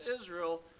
Israel